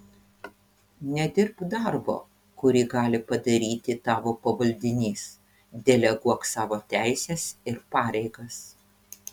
nedirbk darbo kurį gali padaryti tavo pavaldinys deleguok savo teises ir pareigas